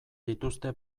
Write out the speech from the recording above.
dituzte